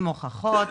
עם הוכחות,